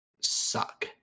suck